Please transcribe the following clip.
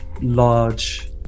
large